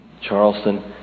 Charleston